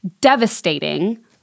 devastating